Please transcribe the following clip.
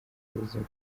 ubuzima